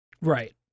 Right